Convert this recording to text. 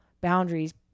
boundaries